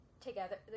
together